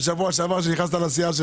אם יש עוד שאלות, בבקשה.